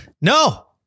No